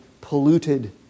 polluted